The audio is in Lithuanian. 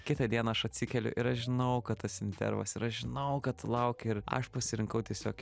kitą dieną aš atsikeliu ir aš žinau kad tas intervas ir aš žinau kad tu lauki ir aš pasirinkau tiesiog